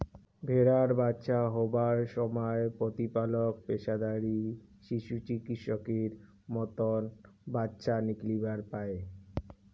ভ্যাড়ার বাচ্চা হবার সমায় প্রতিপালক পেশাদারী পশুচিকিৎসকের মতন বাচ্চা নিকলিবার পায়